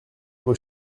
vos